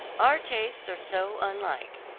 our tastes are so unlike.